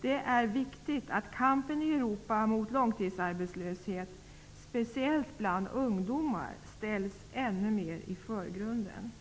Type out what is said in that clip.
Det är viktigt att kampen i Europa mot långtidsarbetslöshet, speciellt bland ungdomar, ställs ännu mer i förgrunden.